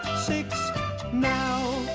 six now